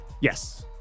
yes